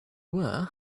were